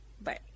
Bye